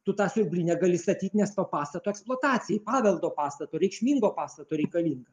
tu tą siurblį negali statyt nes to pastato eksploatacijai paveldo pastato reikšmingo pastato reikalinga